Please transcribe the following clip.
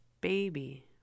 baby